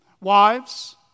Wives